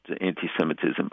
anti-Semitism